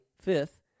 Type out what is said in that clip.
fifth